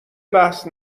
بحث